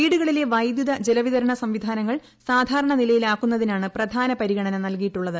വീടുകളിലെ വൈദ്യുത ജലവിതരണ സംവിധാനങ്ങൾ സാധാരണ നിലയിലാക്കുന്നതിനാണ് പ്രധാന പരിഗണന നൽകിയിട്ടുള്ളത്